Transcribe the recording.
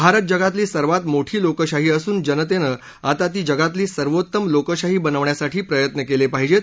भारत जगातली सर्वात मोठी लोकशाही असून जनतेनं आता ती जगातली सर्वोत्तम लोकशाही बनवण्यासाठी प्रयत्न केले पाहिजेत